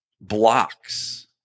blocks